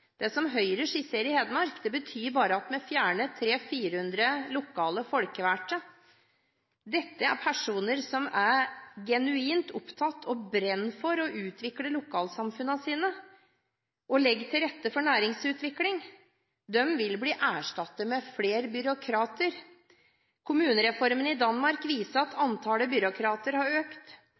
Det Høyre skisserer i Hedmark, betyr at man fjerner 300–400 lokale folkevalgte. Dette er personer som er genuint opptatt av og brenner for å utvikle lokalsamfunnet og legge til rette for næringsutvikling. De vil bli erstattet av flere byråkrater. Kommunereformen i Danmark viser at antallet byråkrater har økt.